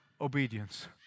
obedience